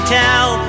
tell